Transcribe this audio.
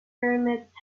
pyramids